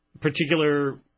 particular